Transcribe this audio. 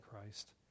Christ